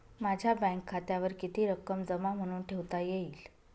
माझ्या बँक खात्यावर किती रक्कम जमा म्हणून ठेवता येईल?